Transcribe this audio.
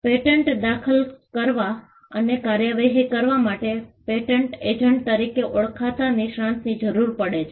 patent દાખલ કરવા અને કાર્યવાહી કરવા માટે તમારે પેટન્ટ એજન્ટ તરીકે ઓળખાતા નિષ્ણાતની જરૂર પડે છે